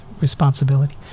responsibility